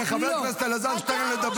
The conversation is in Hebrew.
מלמדים את הילדים שלהם יידיש.